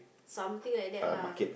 something like that lah